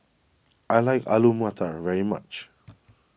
I like Alu Matar very much